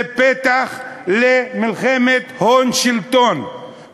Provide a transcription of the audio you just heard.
זה פתח למלחמת הון-שלטון,